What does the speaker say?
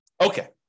Okay